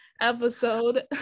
episode